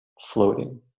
floating